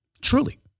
truly